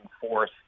force